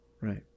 right